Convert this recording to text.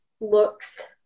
looks